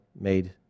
made